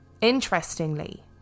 Interestingly